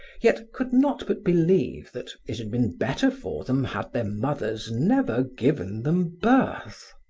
yet could not but believe that it had been better for them had their mothers never given them birth.